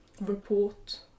report